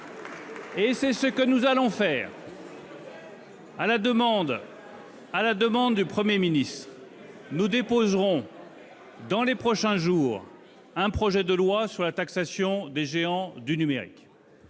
! C'est ce que nous allons faire ! À la demande du Premier ministre, nous déposerons dans les prochains jours un projet de loi sur la taxation des géants du numérique.